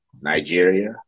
Nigeria